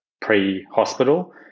pre-hospital